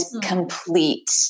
complete